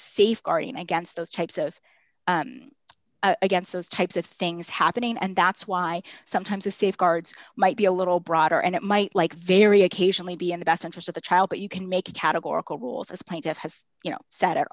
safeguarding against those types of against those types of things happening and that's why sometimes the safeguards might be a little broader and it might like very occasionally be in the best interest of the child but you can make a categorical rules as plaintiff has you know set a